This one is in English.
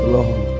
Lord